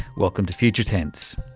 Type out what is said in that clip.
welcome to future tense.